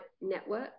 network